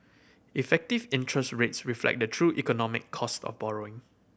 effective interest rates reflect the true economic cost of borrowing